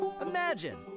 Imagine